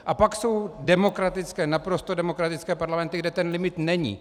A pak jsou demokratické, naprosto demokratické parlamenty, kde ten limit není.